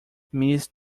missed